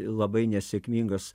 labai nesėkmingas